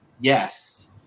yes